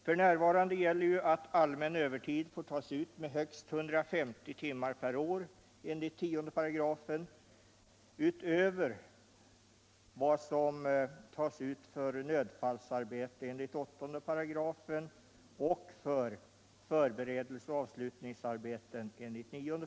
F.n. gäller att allmän övertid får tas ut med högst 150 timmar per år enligt 10 § utöver vad som tas ut för nödfallsarbete enligt 8 § och för förberedelseoch avslutningsarbeten enligt 9§.